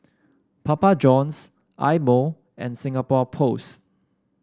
Papa Johns Eye Mo and Singapore Post